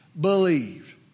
believed